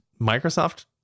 Microsoft